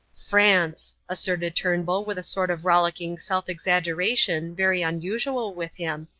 france! asserted turnbull with a sort of rollicking self-exaggeration, very unusual with him,